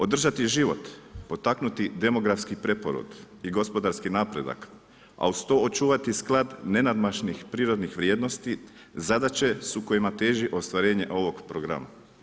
Održati život, potaknuti demografski preporod i gospodarski napredak, a uz to očuvati sklad nenadmašnih prirodnih vrijednosti zadaće su kojima teži ostvarenje ovog programa.